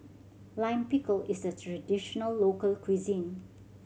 Lime Pickle is a traditional local cuisine